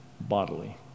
bodily